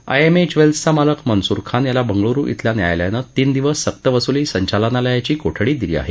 IMA ज्वेल्सचा मालक मन्सूर खान याला बंगळुरू इथल्या न्यायालयाने तीन दिवस सक्तवसूली संचालनालयाची कोठडी दिली आहे